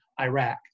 iraq